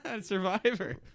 Survivor